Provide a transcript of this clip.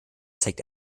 zeigt